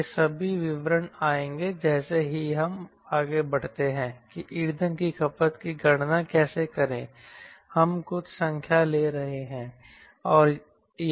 वे सभी विवरण आएंगे जैसे ही हम बढ़ते हैं कि ईंधन की खपत की गणना कैसे करें हम कुछ संख्या ले रहे हैं